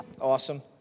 Awesome